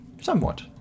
Somewhat